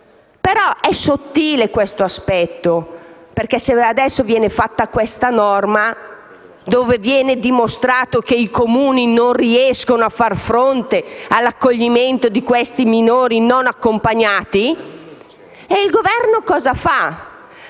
Però è sottile questo aspetto, perché adesso viene introdotta questa norma, con cui viene dimostrato che i Comuni non riescono a far fronte all'accoglimento di questi minori non accompagnati. E il Governo cosa fa?